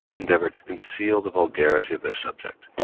endeavor to conceal the vulgarity of their subject.